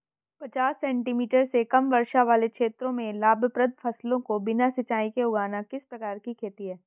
पचास सेंटीमीटर से कम वर्षा वाले क्षेत्रों में लाभप्रद फसलों को बिना सिंचाई के उगाना किस प्रकार की खेती है?